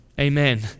Amen